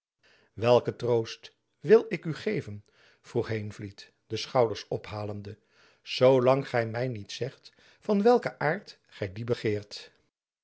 welken troost wil ik u geven vroeg heenvliet de schouders ophalende zoo lang gy my niet zegt van welken aart gy dien begeert